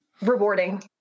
rewarding